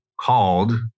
called